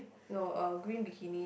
no uh green bikini